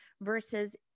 versus